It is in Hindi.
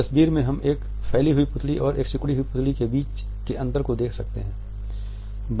इस तस्वीर में हम एक फैली हुई पुतली और एक सिकुड़ी हुई पुतली के बीच के अंतर को देख सकते हैं